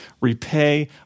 repay